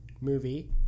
movie